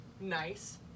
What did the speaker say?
nice